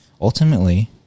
Ultimately